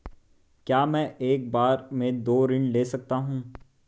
क्या मैं एक बार में दो ऋण ले सकता हूँ?